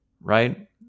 right